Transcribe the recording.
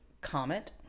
Comet